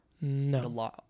No